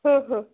হুম হুম